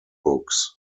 books